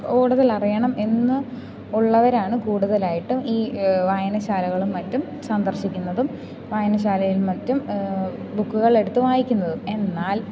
കൂടുതൽ അറിയണം എന്ന് ഉള്ളവരാണ് കൂടുതലായിട്ടും ഈ വായനശാലകളും മറ്റും സന്ദർശിക്കുന്നതും വായനശാലയിൽ മറ്റും ബുക്കുകളെടുത്തു വായിക്കുന്നതും എന്നാൽ